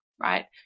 right